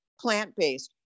plant-based